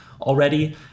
already